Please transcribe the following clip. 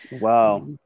Wow